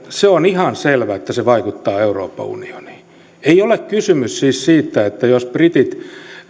se on ihan selvä että se vaikuttaa euroopan unioniin ei ole kysymys siis siitä että jos britit